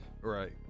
right